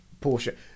porsche